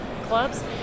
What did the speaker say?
clubs